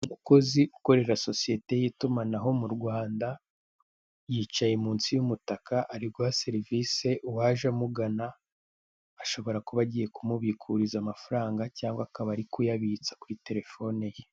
Umukozi ukorera sosiyete y'itumanaho mu Rwanda yicaye munsi y'umutaka ari guha serivisi uwaje amugana ashobora kuba agiye kumubikuriza amafaranga cyangwa akaba ari kuyabitsa kuri telefone ye.